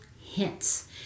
hints